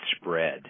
spread